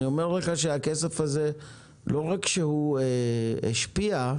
הכסף הזה לא רק השפיע,